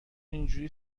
اینجوری